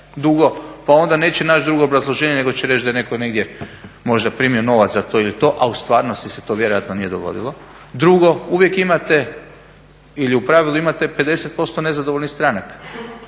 dugo. Pa onda neće naći drugo obrazloženje nego da će reći da je netko negdje možda primio novac za to ili to a u stvarnosti se to vjerojatno nije dogodilo. Drugo, uvijek imate ili u pravilu imate 50% nezadovoljnih stranaka.